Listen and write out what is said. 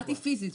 באתי פיזית,